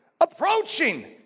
Approaching